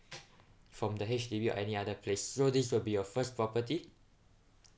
from the H_D_B or any other place so this will be your first property